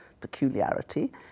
peculiarity